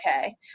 okay